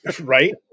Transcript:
Right